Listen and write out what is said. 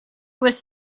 was